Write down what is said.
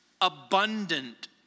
abundant